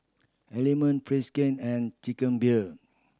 Element Friskie and Chicken Beer